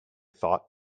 thought